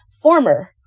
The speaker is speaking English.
former